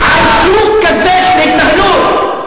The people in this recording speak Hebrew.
על סוג כזה של התנהלות.